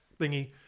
thingy